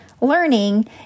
learning